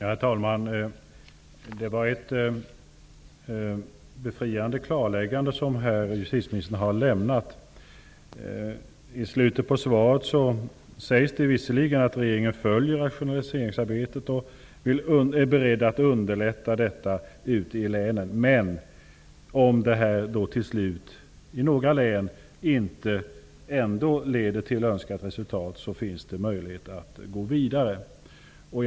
Herr talman! Det var ett befriande klarläggande som justitieministern här lämnade. I slutet på svaret sägs det visserligen att regeringen följer rationaliseringsarbetet och är beredd att underlätta detta ute i länen men att regeringen har möjlighet att gå vidare om detta rationaliseringsarbete till slut i några län ändå inte ger önskat resultat.